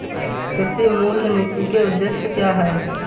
कृषि मूल्य नीति के उद्देश्य क्या है?